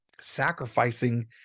sacrificing